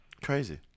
crazy